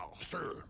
Sir